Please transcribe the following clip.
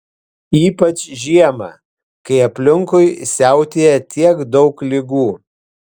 ypač žiemą kai aplinkui siautėja tiek daug ligų